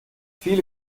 viele